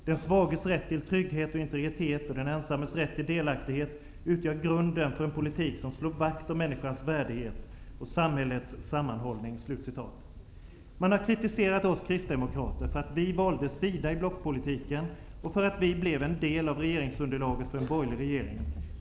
Den svages rätt till trygghet och integritet och den ensammes rätt till delaktighet utgör grunden för en politik som slår vakt om människans värdighet och samhällets sammanhållning.'' Man har kritiserat oss kristdemokrater för att vi valde sida i blockpolitiken och för att vi blev en del av regeringsunderlaget för en borgerlig regering.